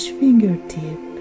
fingertip